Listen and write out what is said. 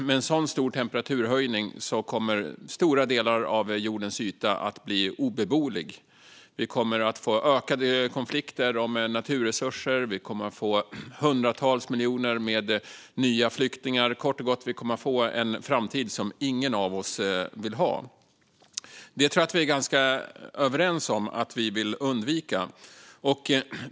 Med en sådan stor temperaturhöjning kommer stora delar av jordens yta att bli obeboelig. Vi kommer att få ökade konflikter om naturresurser. Vi kommer att få hundratals miljoner nya flyktingar. Vi kommer kort och gott att få en framtid som ingen av oss vill ha. Jag tror att vi är ganska överens om att vi vill undvika det.